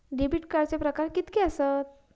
Debit कार्डचे प्रकार कीतके आसत?